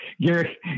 Gary